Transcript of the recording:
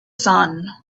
sun